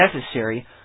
Necessary